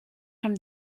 from